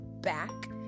back